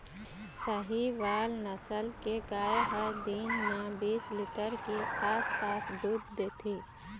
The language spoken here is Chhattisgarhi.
साहीवाल नसल के गाय ह दिन म बीस लीटर के आसपास दूद देथे